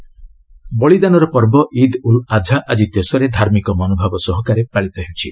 ଇଦ୍ ବଳିଦାନର ପର୍ବ ଇଦ୍ ଉଲ୍ ଆଝା ଆଜି ଦେଶରେ ଧାର୍ମିକ ମନୋଭାବ ସହକାରେ ପାଳିତ ହେଉଛି